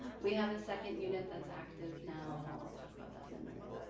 we have a second unit that's active now and i'll talk about that in a minute.